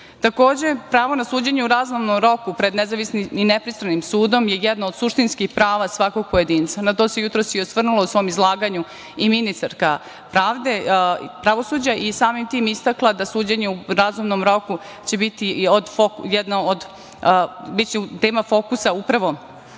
sudu. Takođe, pravo na suđenje u razumnom roku pred nezavisnim i nepristrasnim sudom je jedno od suštinskih prava svakog pojedinca, a na to se jutros i osvrnula u svom izlaganju i ministarka pravosuđa i samim tim istakla da suđenje u razumnom roku će biće tema fokusa upravo